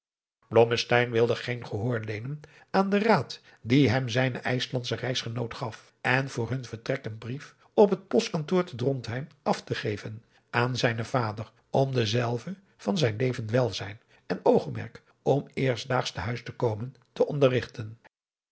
wilde geen gehoor leenen aan den raad die hem zijne ijslandsche reisgenoot gaf om voor hun vertrek een brief op het postkantoor te drontheim af te geven aan zijnen vader om denzelven van zijn leven welzijn en oogmerk om eerstdaags te huis te komen te